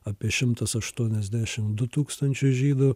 apie šimtas aštuoniasdešimt du tūkstančiai žydų